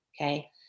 okay